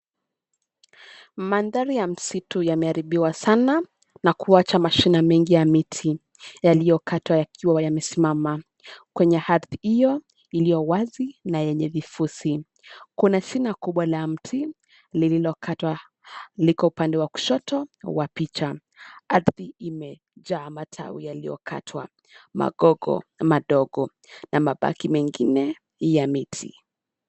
Mandhari ya msitu yameharibiwa sana, na kuacha mashina mengi ya miti, yaliyokatwa yakiwa yamesimama, kwenye ardhi hiyo iliyo wazi, na yenye vifosi. Kuna sina kubwa la mti, lililokatwa. Liko upande wa kushoto, wa picha. Ardhi imejaa matawi yaliyokatwa, magogo madogo, na mabaki mengine, ya miti.